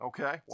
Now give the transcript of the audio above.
Okay